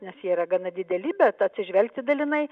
nes jie yra gana dideli bet atsižvelgti dalinai